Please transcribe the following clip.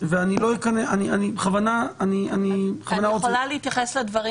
ואני בכוונה רוצה -- אני יכולה להיכנס לדברים